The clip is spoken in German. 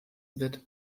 wird